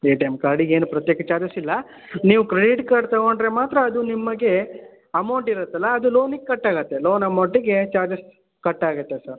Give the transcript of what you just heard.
ATM ಕಾರ್ಡಿಗೇನೂ ಪ್ರತ್ಯೇಕ charges ಇಲ್ಲ ನೀವು ಕ್ರೆಡೀಟ್ ಕಾರ್ಡ್ ತಗೊಂಡ್ರೆ ಮಾತ್ರ ಅದು ನಿಮಗೆ ಅಮೌಂಟಿರುತ್ತಲ್ಲ ಅದು ಲೋನಿಗೆ ಕಟ್ಟಾಗತ್ತೆ ಲೋನ್ ಅಮೌಂಟ್ಗೆ ಚಾರ್ಜಸ್ ಕಟ್ಟಾಗತ್ತೆ ಸರ್